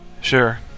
Sure